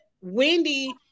Wendy